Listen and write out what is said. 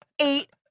eight